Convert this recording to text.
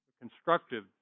constructive